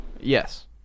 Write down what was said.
Yes